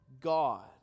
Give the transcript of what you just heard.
God